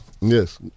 yes